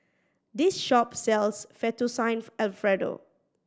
this shop sells Fettuccine Alfredo